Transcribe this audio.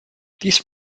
these